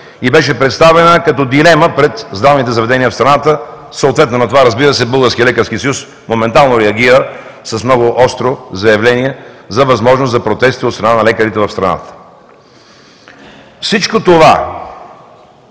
и беше представена като дилема пред здравните заведения в страната, съответно на това, разбира се, Българският лекарски съюз моментално реагира с много остро заявление за възможност за протести от страна на лекарите от страната. Всичко това